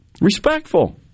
respectful